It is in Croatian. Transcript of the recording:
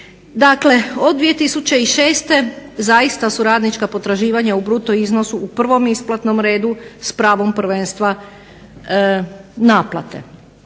Dakle, od 2006. zaista su radnička potraživanja u bruto iznosu u prvom isplatnom redu s pravom prvenstva naplate.